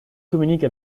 communique